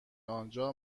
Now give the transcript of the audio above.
آنجا